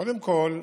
קודם כול,